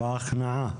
בהכנעה?